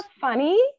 Funny